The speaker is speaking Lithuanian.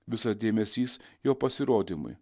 visas dėmesys jo pasirodymui